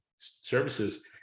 services